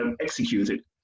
executed